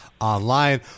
online